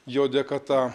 jo dėka ta